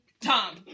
Tom